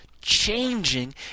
changing